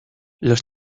los